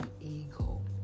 eagle